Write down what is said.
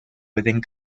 within